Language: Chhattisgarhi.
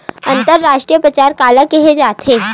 अंतरराष्ट्रीय बजार काला कहे जाथे?